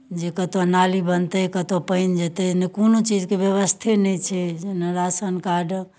जे कतय नाली बनतै कतय पानि जेतै नहि कोनो चीजके व्यवस्थे नहि छै जेना राशन कार्ड